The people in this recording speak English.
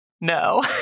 No